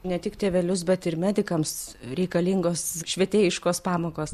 ne tik tėvelius bet ir medikams reikalingos švietėjiškos pamokos